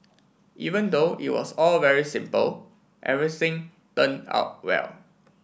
even though it was all very simple everything turned out well